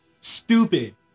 Stupid